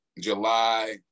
July